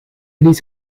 liet